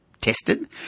tested